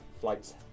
Flight's